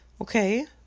Okay